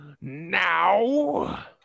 Now